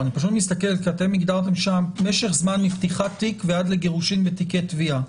אתם הגדרתם שם "משך זמן מפתיחת תיק ועד לגירושין בתיקי תביעה",